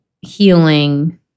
healing